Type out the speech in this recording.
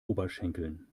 oberschenkeln